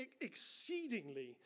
exceedingly